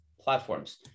platforms